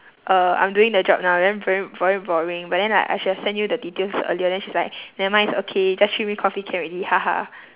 uh I'm doing the job now then very very boring but then like I should've sent you the details earlier then she's like never mind it's okay just treat me coffee can already ha ha